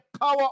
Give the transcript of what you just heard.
power